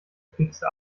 fixe